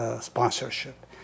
Sponsorship